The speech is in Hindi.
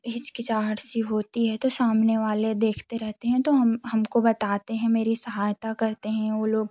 हिचकिचाहट सी होती है तो सामने वाले देखते रहते हैं तो हम हम को बताते हैं मेरी सहायता करते हैं वो लोग